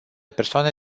persoane